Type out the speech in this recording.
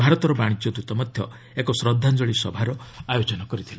ଭାରତର ବାଣିଜ୍ୟ ଦୂତ ମଧ୍ୟ ଏକ ଶ୍ରଦ୍ଧାଞ୍ଚଳି ସଭାର ଆୟୋଜନ କରିଥିଲେ